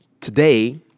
Today